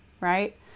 right